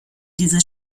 diese